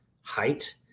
height